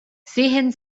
sehen